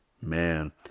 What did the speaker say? Man